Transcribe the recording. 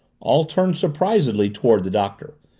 all turned surprisedly toward the doctor.